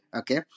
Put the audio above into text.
okay